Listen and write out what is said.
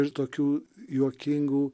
ir tokių juokingų